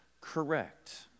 correct